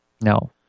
No